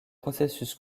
processus